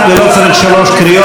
ולא צריך שלוש קריאות,